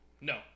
No